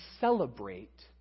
celebrate